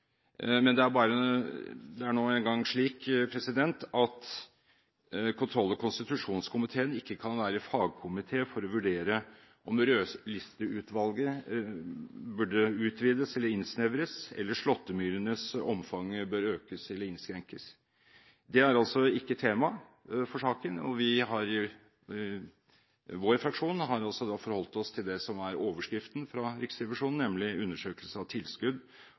men det er nå engang slik at kontroll- og konstitusjonskomiteen ikke kan være fagkomité for å vurdere om rødlisteutvalget bør utvides eller innsnevres, eller om slåttemyrenes omfang bør økes eller innskrenkes. Det er altså ikke temaet for saken. Vår fraksjon har forholdt seg til det som er overskriften fra Riksrevisjonen, nemlig «undersøkelse av tilskudd